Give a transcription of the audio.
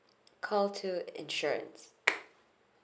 call two insurance